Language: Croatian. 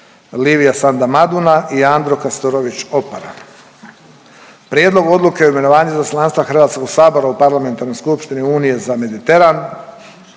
Livia Sanda Maduna i Andro Krstulović Opara. Prijedlog odluke o imenovanju Izaslanstva HS-a u Parlamentarnoj skupštini Unije za Mediteran,